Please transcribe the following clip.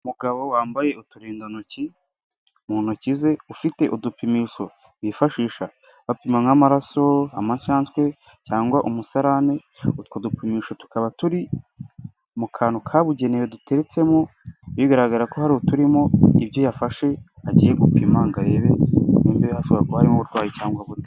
Umugabo wambaye uturindantoki mu ntoki ze, ufite udupimiso bifashisha bapima nk'amaraso, amacandwe cyangwa umusarane, utwo dupimisho tukaba turi mu kantu kabugenewe duteretsemo bigaragara ko hari uturimo ibyo yafashe agiye gupima ngo arebe niba hashobora kuba harimo umurwayi cyangwa ntaburimo.